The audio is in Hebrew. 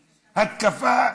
התקפה,